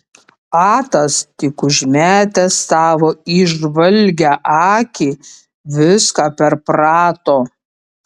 atas tik užmetęs savo įžvalgią akį viską perprato